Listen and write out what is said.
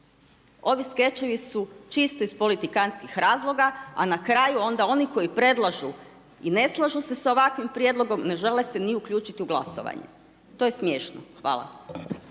Ovi skečevi su čisto iz polikantskih razloga, a na kraju onda oni koji predlažu i ne slažu se s ovakvim prijedlogom ne žele se ni uključiti u glasovanje. To je smiješno. Hvala.